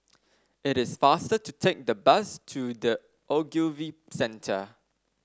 it is faster to take the bus to The Ogilvy Centre